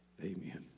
Amen